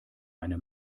eine